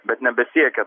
bet nebesiekia